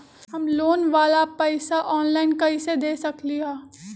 हम लोन वाला पैसा ऑनलाइन कईसे दे सकेलि ह?